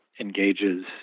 engages